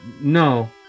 No